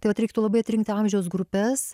tai vat reiktų labai atrinkti amžiaus grupes